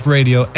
Radio